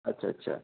আচ্ছা আচ্ছা